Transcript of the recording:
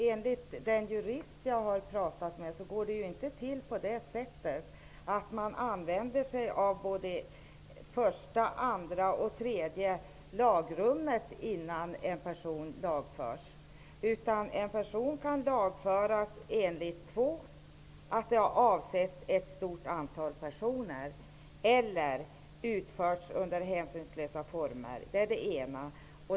Enligt den jurist jag har pratat med går det inte till på det sättet att man använder sig av alla tre lagrummen innan en person lagförs, utan en person kan lagföras enligt punkt 2, om brottet ''avsett ett stort antal personer'', eller punkt 3, om brottet ''utförts under hänsysnlösa former''. Det är det ena.